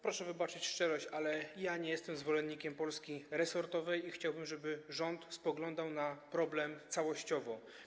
Proszę wybaczyć szczerość, ale ja nie jestem zwolennikiem Polski resortowej i chciałbym, żeby rząd spoglądał na problem całościowo.